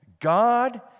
God